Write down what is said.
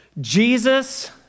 Jesus